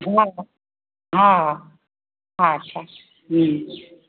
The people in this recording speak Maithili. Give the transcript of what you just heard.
हँ हँ अच्छा हूँ